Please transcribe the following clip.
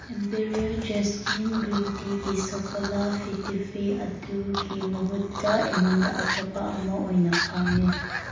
Imperia jasmine green ꯇꯤꯒꯤ ꯁꯐꯣꯂꯥ ꯐꯤꯠꯇꯤꯐꯤ ꯑꯗꯨꯒꯤ ꯃꯍꯨꯠꯇ ꯑꯩꯉꯣꯟꯗ ꯑꯇꯣꯞꯄ ꯑꯃ ꯑꯣꯏꯅ ꯐꯪꯉꯦ